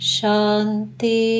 Shanti